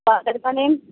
father کا نیم